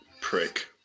Prick